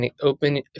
open